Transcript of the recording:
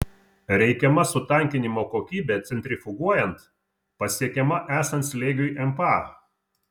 reikiama sutankinimo kokybė centrifuguojant pasiekiama esant slėgiui mpa